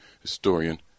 Historian